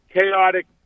chaotic